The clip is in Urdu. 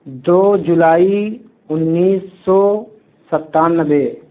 دو جولائی انیس سو ستانوے